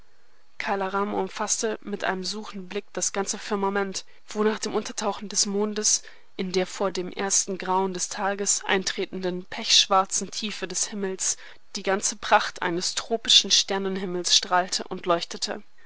kala rama umfaßte mit einem suchenden blick das ganze firmament wo nach dem untertauchen des mondes in der vor dem ersten grauen des tages eintretenden pechschwarzen tiefe des himmels die ganze pracht eines tropischen sternenhimmels strahlte und leuchtete